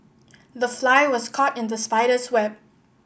the fly was caught in the spider's web